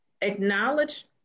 acknowledge